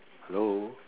hello